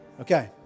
Okay